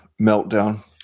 meltdown